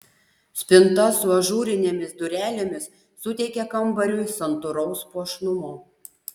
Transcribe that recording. spinta su ažūrinėmis durelėmis suteikia kambariui santūraus puošnumo